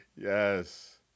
yes